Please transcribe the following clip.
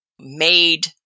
made